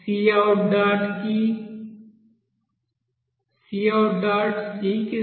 c కి సమానం